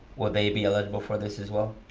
will they be eligible for this as well?